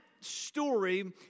story